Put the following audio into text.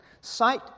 Sight